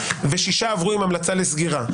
וששה עברו עם המלצה לסגירה,